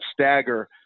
stagger